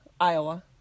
Iowa